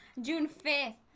june fifth,